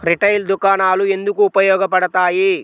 Retail దుకాణాలు ఎందుకు ఉపయోగ పడతాయి?